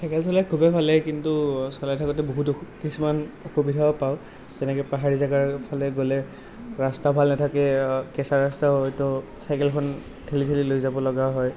cycle চলায় খুবেই ভাল লাগে কিন্তু চলাই থাকোতে বহুত অসু কিছুমান অসুবিধাও পাওঁ যেনেকৈ পাহাৰী জেগাৰ ফালে গ'লে ৰাস্তা ভাল নাথাকে কেঁচা ৰাস্তা হ'লেতো চাইকেলখন ঠেলি ঠেলি লৈ যাব লগা হয়